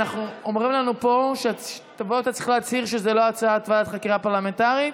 אומרים לנו פה שאתה צריך להצהיר שזו לא הצעת ועדת חקירה פרלמנטרית.